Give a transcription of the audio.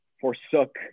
forsook